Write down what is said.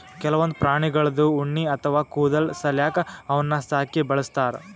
ಕೆಲವೊಂದ್ ಪ್ರಾಣಿಗಳ್ದು ಉಣ್ಣಿ ಅಥವಾ ಕೂದಲ್ ಸಲ್ಯಾಕ ಅವನ್ನ್ ಸಾಕಿ ಬೆಳಸ್ತಾರ್